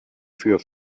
für